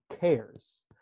cares